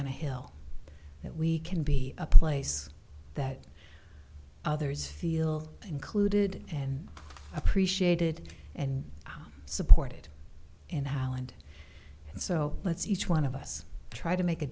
on a hill that we can be a place that others feel included and appreciated and supported in holland and so let's each one of us try to make a